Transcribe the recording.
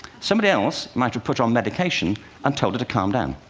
somebody else might have put her on medication and told her to calm down.